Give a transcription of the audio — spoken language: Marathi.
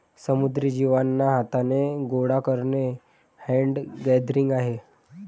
समुद्री जीवांना हाथाने गोडा करणे हैंड गैदरिंग आहे